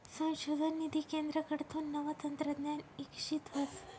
संशोधन निधी केंद्रकडथून नवं तंत्रज्ञान इकशीत व्हस